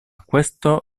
questo